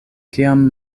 kiam